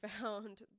found